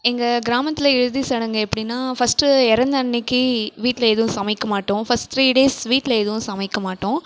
எங்கள் கிராமத்தில் இறுதி சடங்கு எப்படின்னா ஃபஸ்ட்டு இறந்த அன்னிக்கி வீட்டில் எதுவும் சமைக்க மாட்டோம் ஃபஸ்ட் த்ரீ டேஸ் வீட்டில் எதுவும் சமைக்க மாட்டோம்